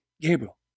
Gabriel